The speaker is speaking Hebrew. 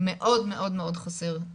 מאוד מאוד חסר,